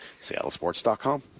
seattlesports.com